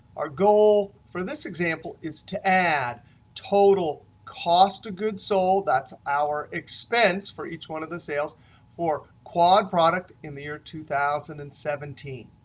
our goal for this example is to add total cost of goods sold that's our expense for each one of the sales for quad product in the year two thousand and seventeen.